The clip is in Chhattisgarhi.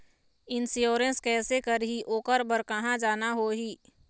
इंश्योरेंस कैसे करही, ओकर बर कहा जाना होही?